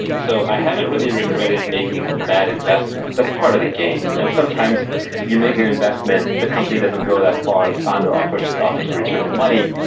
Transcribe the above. so i haven't really regretted making bad investments, that's part of the game. and sometimes you make an investment, the company doesn't go that far, the founder offers offers to return the money.